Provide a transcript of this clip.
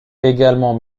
également